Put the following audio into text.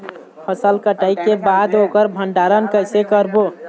फसल कटाई के बाद ओकर भंडारण कइसे करबो?